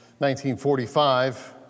1945